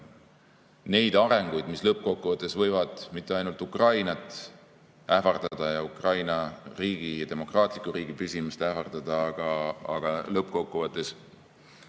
neid arenguid, mis lõppkokkuvõttes võivad mitte ainult Ukrainat ähvardada, Ukraina riigi, demokraatliku riigi püsimist ähvardada. Lõppkokkuvõttes